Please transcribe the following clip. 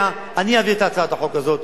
אני אעביר את הצעת החוק הזאת יחד אתך.